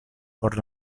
por